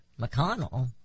McConnell